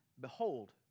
behold